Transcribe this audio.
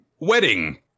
wedding